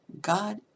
God